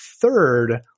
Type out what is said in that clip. third